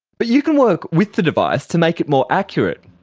but you can work with the device to make it more accurate.